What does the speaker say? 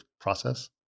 process